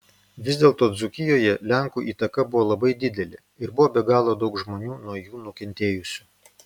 vis dėlto dzūkijoje lenkų įtaka buvo labai didelė ir buvo be galo daug žmonių nuo jų nukentėjusių